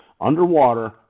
underwater